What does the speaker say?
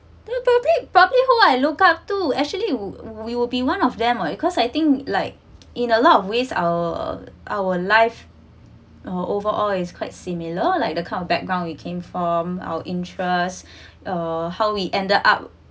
probably probably how I look up to actually we we will be one of them are you cause I think like in a lot of ways our our life or overall is quite similar like the kind of background he came from our interest uh how we ended up